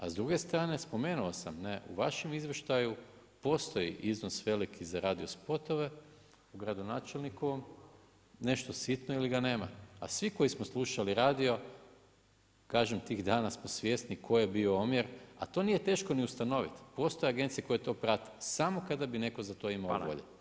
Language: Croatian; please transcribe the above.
A s druge strane spomenuo sam u vašem izvještaju postoji iznos veliki i zaradio spotove u gradonačelnikovom, nešto sitno ili ga nema, a svi koji smo slušao radio kažem tih dana smo svjesni koji je bio omjer, a to nije teško ni ustanoviti, postoje agencije koje to prate, samo kada bi netko za to imao volje.